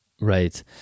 Right